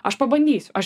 aš pabandysiu aš